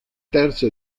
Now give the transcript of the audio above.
terzo